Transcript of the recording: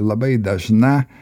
labai dažna